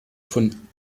von